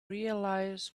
realize